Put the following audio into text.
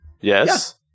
Yes